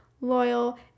loyal